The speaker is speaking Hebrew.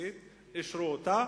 אישרו אותה.